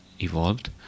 evolved